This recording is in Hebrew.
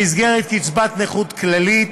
במסגרת קצבת נכות כללית,